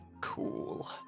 Cool